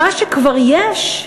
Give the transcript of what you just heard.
מה שכבר יש,